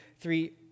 three